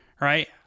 Right